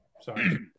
Sorry